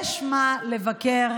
יש מה לבקר,